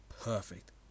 perfect